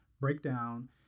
breakdown